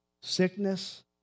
sickness